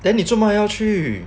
then 你做么还要去